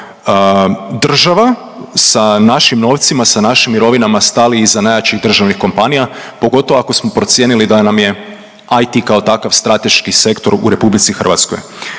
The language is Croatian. država sa našim novcima, sa našim mirovinama stali iza najjačih državnih kompanija pogotovo ako smo procijenili da nam je IT kao takav strateški sektor u Republici Hrvatskoj.